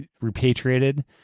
repatriated